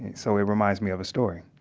so it reminds me of a story